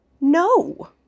No